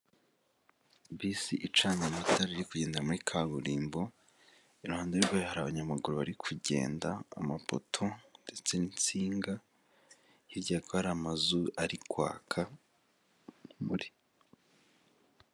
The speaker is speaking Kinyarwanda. Bisi icanye amatara, iri kugenda muri kaburimbo, iruhande rwayo hari abanyamaguru bari kugenda, amapoto ndetse n'insinga, hirya hakaba hari amazu ari kwaka urumuri.